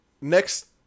next